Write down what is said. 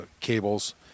cables